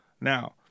Now